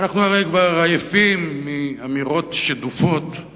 ואנחנו הרי כבר עייפים מאמירות שדופות על